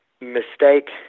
mistake